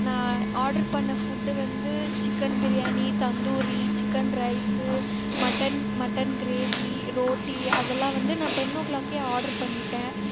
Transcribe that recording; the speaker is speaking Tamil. நான் ஆர்டர் பண்ண ஃபுட்டு வந்து chicken biryani tandoori chicken rice mutton mutton gravy roti அதெல்லாம் வந்து நான் டென் ஓ க்ளாக்கே ஆர்ட்ரு பண்ணிவிட்டேன்